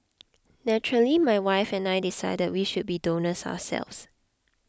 naturally my wife and I decided we should be donors ourselves